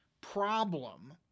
problem